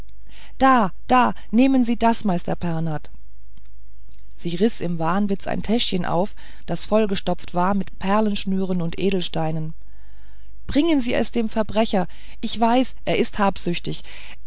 da da nehmen sie das meister pernath sie riß im wahnwitz ein täschchen auf das vollgestopft war mit perlenschnüren und edelsteinen und bringen sie es dem verbrecher ich weiß er ist habsüchtig